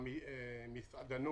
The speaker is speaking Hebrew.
המעסיקים